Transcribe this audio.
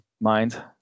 mind